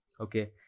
Okay